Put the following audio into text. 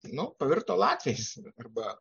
nu pavirto latviais arba